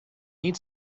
need